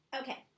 okay